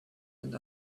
and